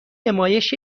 نمایش